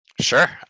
Sure